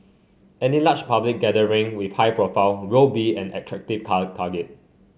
any large public gathering with high profile will be an attractive target